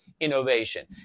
innovation